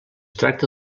tracta